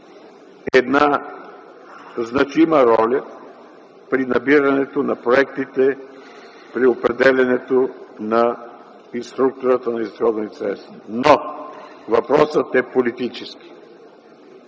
една значима роля при набирането на проектите, при определянето и структурата на инвестиционните средства. Но въпросът е политически.